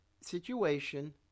situation